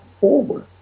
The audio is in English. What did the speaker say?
forward